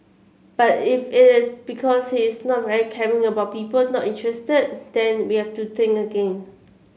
but if it is because he is not very caring about people not interested then we have to think again